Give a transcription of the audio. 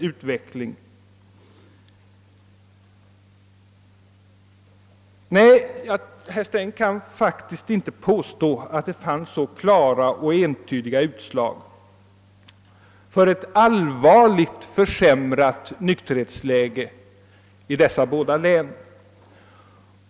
Herr Sträng kan faktiskt inte påstå att det fanns så klara och entydiga tecken på ett allvarligt försämrat nykterhetsläge i dessa båda län.